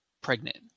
pregnant